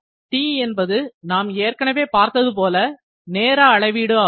T என்பது நாம் ஏற்கனவே பார்த்தது போல நேர அளவீடு ஆகும்